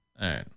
right